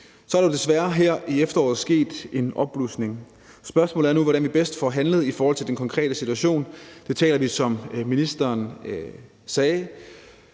Så er der desværre her i efteråret sket en opblussen. Spørgsmålet er nu, hvordan vi bedst får handlet i forhold til den konkrete situation. Det taler vi, som ministeren sagde,